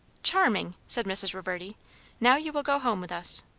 charming! said mrs. reverdy now you will go home with us.